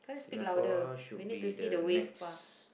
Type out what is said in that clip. Singapore should be the next